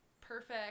perfect